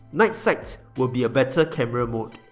night sight will be a better camera mode.